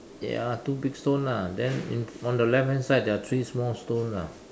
ya two big stone lah then in on the left hand side there are three small stone lah